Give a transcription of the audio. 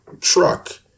truck